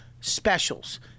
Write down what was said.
specials